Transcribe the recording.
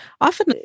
often